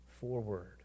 forward